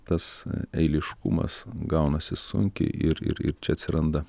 tas eiliškumas gaunasi sunkiai ir ir ir čia atsiranda